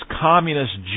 communist